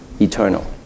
eternal